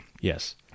Yes